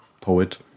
poet